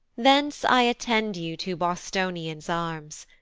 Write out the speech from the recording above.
thence i attend you to bostonia's arms,